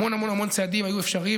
המון המון המון צעדים היו אפשריים,